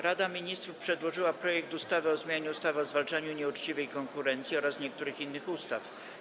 Rada Ministrów przedłożyła projekt ustawy o zmianie ustawy o zwalczaniu nieuczciwej konkurencji oraz niektórych innych ustaw.